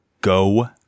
go